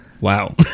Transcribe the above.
Wow